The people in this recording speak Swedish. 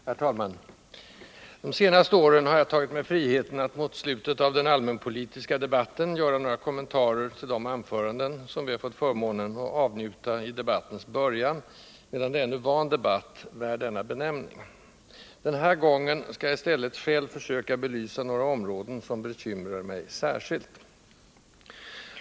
Herr talman! De senaste åren har jag tagit mig friheten att mot slutet av den allmänpolitiska debatten göra några kommentarer till de anföranden vi fått förmånen att avnjuta i debattens början, medan det ännu var en debatt, värd denna benämning. Den här gången skall jag i stället själv försöka belysa några områden, som bekymrar mig — särskilt.